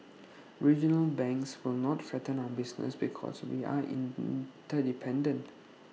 regional banks will not threaten our business because we are in dependent